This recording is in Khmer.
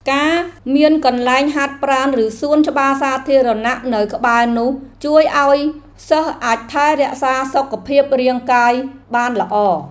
ការមានកន្លែងហាត់ប្រាណឬសួនច្បារសាធារណៈនៅក្បែរនោះជួយឱ្យសិស្សអាចថែរក្សាសុខភាពរាងកាយបានល្អ។